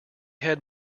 had